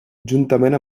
juntament